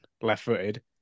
left-footed